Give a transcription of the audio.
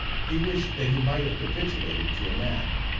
he wished that he might have capitulated to a man.